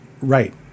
right